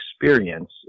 experience